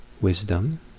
wisdom